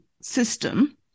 system